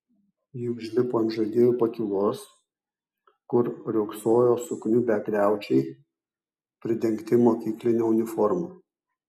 ji užlipo ant žaidėjų pakylos kur riogsojo sukniubę griaučiai pridengti mokykline uniforma